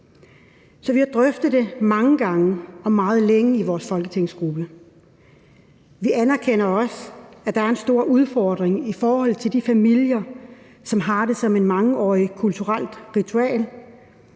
Så vi har drøftet det mange gange og meget længe i vores folketingsgruppe. Vi anerkender også, at der er en stor udfordring i forhold til de familier, som har haft det som et mangeårigt kulturelt ritual.